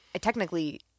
technically